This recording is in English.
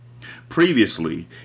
Previously